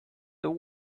there